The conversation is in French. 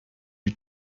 eut